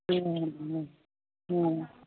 हूँ हूँ